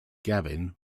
gavin